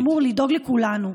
אמור לדאוג לכולנו.